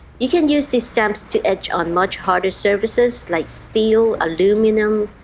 you can use these stamps to etch on much harder surfaces like steel, aluminum